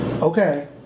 Okay